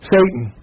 Satan